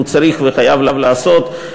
והוא צריך וחייב לעשות,